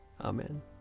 Amen